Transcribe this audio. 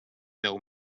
deu